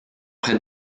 près